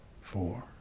four